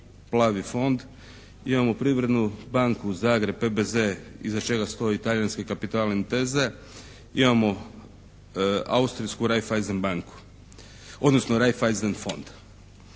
imamo Privrednu banku Zagreb PBZ iza čega stoji talijanski kapital Intese, imamo austrijsku Raiffaissen banku odnosno Raiffaissen fond.